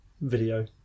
video